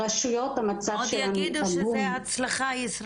ברשויות המצב שלנו עגום---